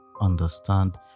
understand